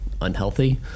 unhealthy